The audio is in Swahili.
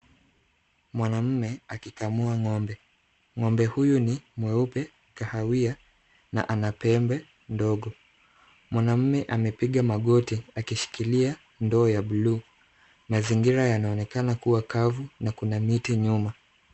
Mwanamume akikamua ng'ombe. Ng'ombe huyu ni mweupe kahawia na ana pembe ndogo. Mwanamume amepiga magoti akishikilia ndoo ya blue . Mazingira yanaonekana kuwa kavu na kuna miti nyuma.